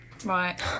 Right